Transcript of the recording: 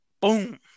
boom